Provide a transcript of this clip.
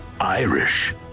Irish